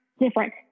different